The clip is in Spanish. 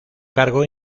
cargo